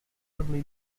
possibly